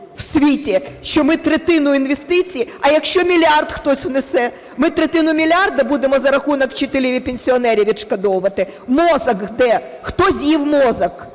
в світі, що ми третину інвестицій… А, якщо мільярд хтось внесе? Ми третину мільярда будемо за рахунок вчителів і пенсіонерів відшкодовувати? Мозок де? Хто з'їв мозок?